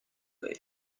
late